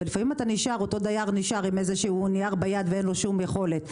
ולפעמים אותו דייר נשאר עם נייר ביד ואין לו שום יכולת.